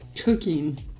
Cooking